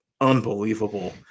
unbelievable